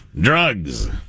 drugs